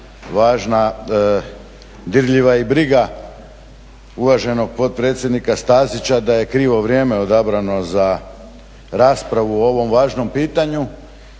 važna, dirljiva je briga uvaženog potpredsjednika Stazića da je krivo vrijeme odabrano za raspravu o ovom važnom pitanju.